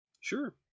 Sure